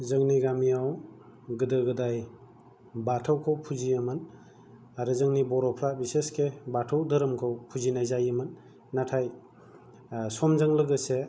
जोंनि गामियाव गोदो गोदाय बाथौखौ फुजियोमोन आरो जोंनि बर'फोरा बांसिनै बाथौ धोरोमखौ फुजिनाय जायोमोन नाथाय समजों लोगोसे